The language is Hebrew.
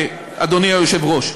אדוני היושב-ראש,